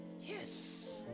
Yes